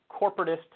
corporatist